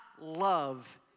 love